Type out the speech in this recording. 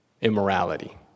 immorality